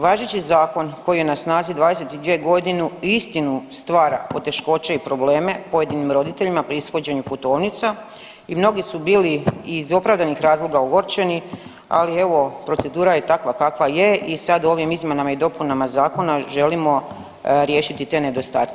Važeći Zakon koji je na snazi 22 godinu istinu, stvara poteškoće i probleme pojedinim roditeljima pri ishođenju putovnica i mnogi su bili i iz opravdanih razloga ogorčeni, ali evo, procedura je takva kakva je i sada u ovim izmjenama i dopunama zakona želimo riješiti te nedostatke.